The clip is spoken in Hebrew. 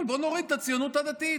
אבל בואו נוריד את הציונות הדתית.